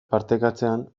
partekatzean